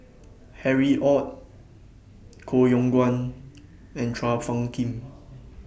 Harry ORD Koh Yong Guan and Chua Phung Kim